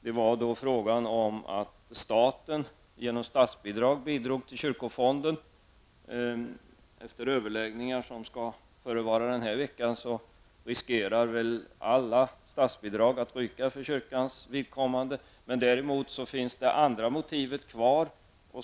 Det var då fråga om att staten genom statsbidrag bidrog till kyrkofonden. Efter överläggningar som skall förevara denna vecka riskerar väl alla statsbidrag att ryka för kyrkans vidkommande. Däremot finns det andra motivet kvar.